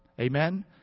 Amen